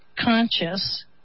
conscious